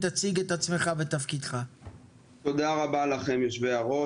תודה רבה לכם יושבי הראש.